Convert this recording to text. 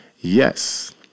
Yes